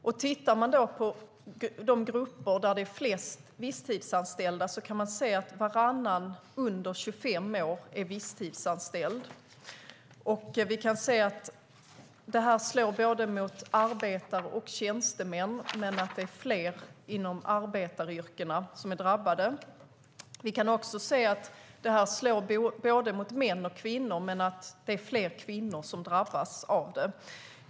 Om vi tittar på grupperna med flest visstidsanställda kan vi se att varannan under 25 år är visstidsanställd. Vi kan se att det slår mot både arbetare och tjänstemän, men det är fler inom arbetaryrkena som är drabbade. Vi kan också se att det slår mot både män och kvinnor, men det är fler kvinnor som drabbas.